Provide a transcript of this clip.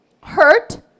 hurt